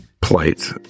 plight